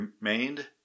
remained